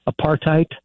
Apartheid